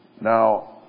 Now